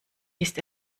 ist